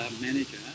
manager